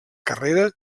carrera